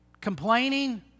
Complaining